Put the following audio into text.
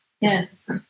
Yes